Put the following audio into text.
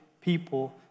people